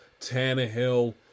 Tannehill